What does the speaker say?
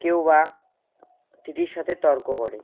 কেউ বা টিটির সাথে তর্ক করে